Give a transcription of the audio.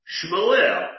Shmuel